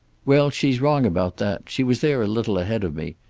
well, she's wrong about that. she was there a little ahead of me.